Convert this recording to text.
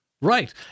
Right